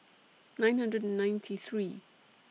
nine hundred and ninety three